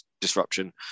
disruption